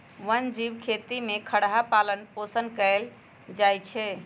वन जीव खेती में खरहा पालन पोषण कएल जाइ छै